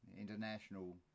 international